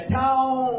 town